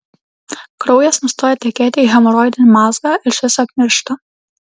kraujas nustoja tekėti į hemoroidinį mazgą ir šis apmiršta